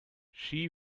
she